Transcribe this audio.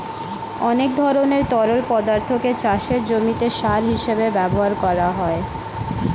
অনেক ধরনের তরল পদার্থকে চাষের জমিতে সার হিসেবে ব্যবহার করা যায়